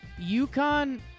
UConn